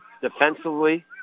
defensively